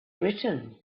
written